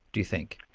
do you think?